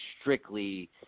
strictly